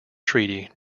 treaty